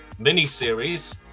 miniseries